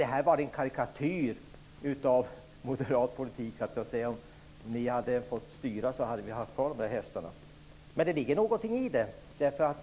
Det var en karikatyr av moderat politik. Om ni hade fått styra hade vi haft kvar hästarna. Det ligger något i detta.